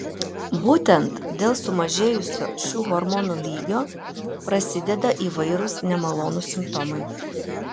būtent dėl sumažėjusio šių hormonų lygio prasideda įvairūs nemalonūs simptomai